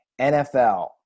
nfl